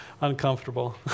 uncomfortable